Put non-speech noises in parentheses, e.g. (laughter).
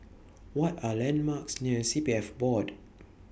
What Are The landmarks (noise) near C P F Board